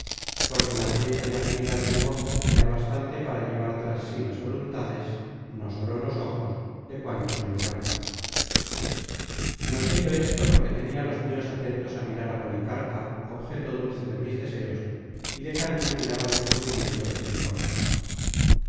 porque la belleza y agilidad del mozo era bastante para llevar tras sí las voluntades no sólo los ojos de cuantos le miraban noté yo esto porque tenia los mios atentos á mirar á policarpa objeto dulce de mis deseos y de camino miraba los movimientos de sinforosa